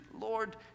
Lord